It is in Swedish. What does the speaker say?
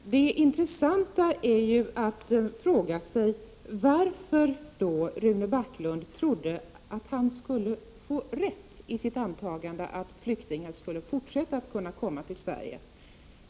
Herr talman! Det intressanta är ju att fråga sig varför Rune Backlund trodde att han skulle få rätt i sitt antagande att flyktingar skulle kunna fortsätta att komma till Sverige.